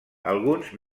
alguns